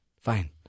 fine